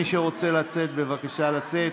מי שרוצה לצאת, בבקשה לצאת.